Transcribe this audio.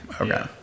Okay